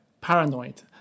paranoid